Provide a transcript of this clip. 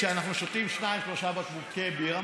כשאנחנו שותים שניים-שלושה בקבוקי בירה,